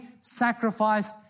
sacrifice